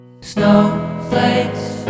Snowflakes